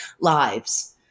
lives